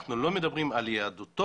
אנחנו לא מדברים על יהדותו,